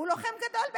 הוא לוחם גדול,